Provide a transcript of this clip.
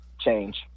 change